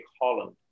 Holland